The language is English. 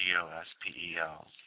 G-O-S-P-E-L